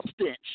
stench